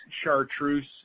chartreuse